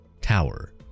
tower